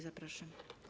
Zapraszam.